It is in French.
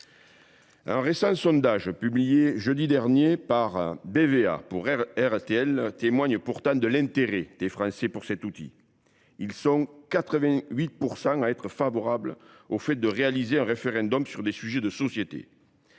Un récent sondage publié jeudi dernier par BVA pour témoigne pourtant de l’intérêt des Français pour cet outil : ils sont 88 % à être favorables à l’organisation de référendums sur les sujets de société.